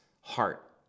heart